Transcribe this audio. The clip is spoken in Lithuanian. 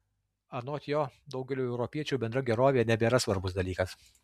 anot jo daugeliui europiečių bendra gerovė nebėra svarbus dalykas